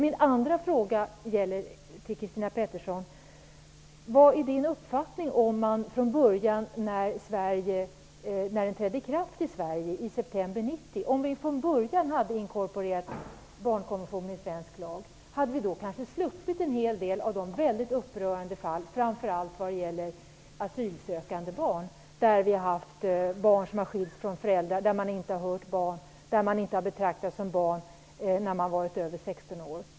Min andra fråga till Christina Pettersson är: Om vi från början, när barnkonventionen trädde i kraft i Sverige i september 1990, hade inkorporerat den i svensk lag - hade vi då sluppit en hel del av de väldigt upprörande fall som har gällt framför allt asylsökande barn, där barn har skilts från föräldrar, där man inte har hört barn, där den som har varit över 16 år inte har betraktats som barn? Vilken är din uppfattning?